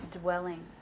dwelling